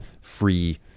Free